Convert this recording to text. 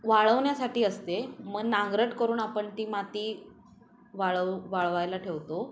वाळवण्यासाठी असते मग नांगरट करून आपण ती माती वाळव वाळवायला ठेवतो